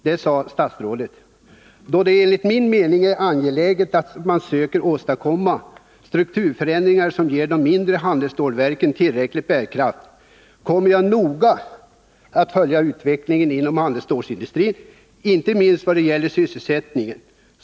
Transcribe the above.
Statsrådet sade då: ”Då det enligt min mening är angeläget att man söker åstadkomma strukturförändringar som ger de mindre handelsstålverken tillräcklig bärkraft, kommer jag att noga följa utvecklingen inom handelsstålsindustrin, inte minst vad gäller sysselsättningen.